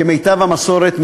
כמיטב המסורת,